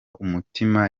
umutima